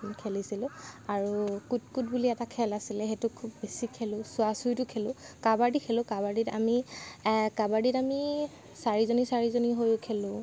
খুব খেলিছিলোঁ আৰু কুট কুট বুলি এটা খেল আছিলে সেইটো খুব বেছি খেলোঁ চোৱাচুৱিটো খেলোঁ কাবাডী খেলোঁ কাবাডীত আমি কাবাডীত আমি চাৰিজনী চাৰিজনী হৈ খেলোঁ